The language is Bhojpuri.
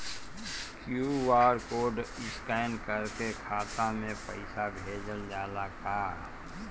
क्यू.आर कोड स्कैन करके खाता में पैसा भेजल जाला का?